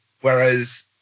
Whereas